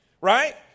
right